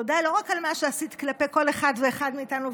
תודה לא רק על מה שעשית כלפי כל אחד ואחד מאיתנו,